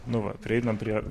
nu va prieinam prie